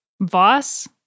Voss